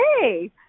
hey